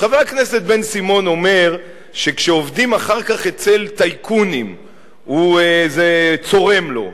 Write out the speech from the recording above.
כשחבר הכנסת בן-סימון אומר שכשעובדים אחר כך אצל טייקונים זה צורם לו,